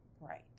Right